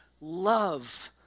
love